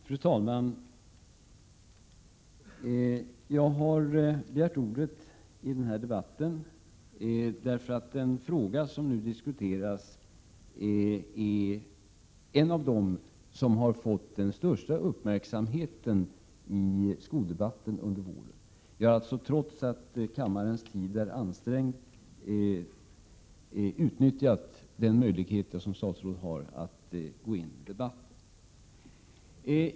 Fru talman! Jag har begärt ordet i denna debatt därför att den fråga som nu diskuteras är en av de frågor som har fått den största uppmärksamheten i skoldebatten under våren. Trots att kammarens tid är ansträngd har jag Prot. 1987/88:101 utnyttjat den möjlighet som finns för ett statsråd att gå in i debatten.